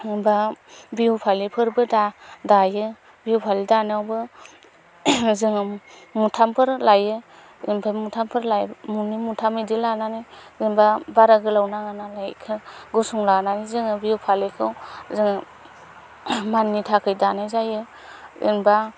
जेनेबा बिहु फालिफोरबो दा दायो बिहु फालि दानायावबो जोङो मुथामफोर लायो बेनिफाय मुथामफोर लायो मुनै मुथाम बिदि लानानै जेनेबा बारा गोलाव नाङा नालाय गसंनानै जोङो बिहु फालिखौ जों माननि थाखाय दानाय जायो जेनेबा